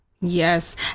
Yes